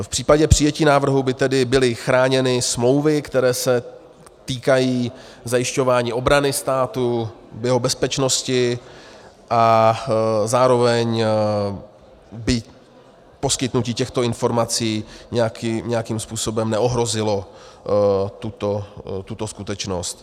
V případě přijetí návrhu by tedy byly chráněny smlouvy, které se týkají zajišťování obrany státu, jeho bezpečnosti, a zároveň by poskytnutí těchto informací nějakým způsobem neohrozilo tuto skutečnost.